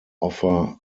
offer